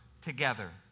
together